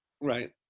Right